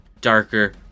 darker